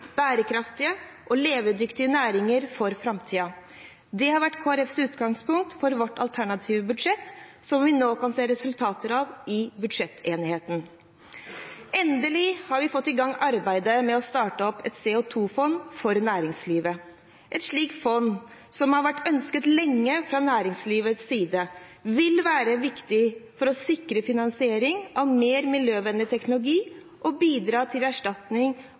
bærekraftige og levedyktige næringer for framtiden. Det har vært Kristelig Folkepartis utgangspunkt for vårt alternative budsjett, som vi nå kan se resultater av i budsjettenigheten. Endelig har vi fått i gang arbeidet med å starte opp et CO 2 -fond for næringslivet. Et slikt fond, som lenge har vært ønsket fra næringslivets side, vil være viktig for å sikre finansiering av mer miljøvennlig teknologi og bidra til erstatning